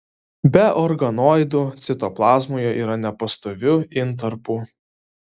be organoidų citoplazmoje yra nepastovių intarpų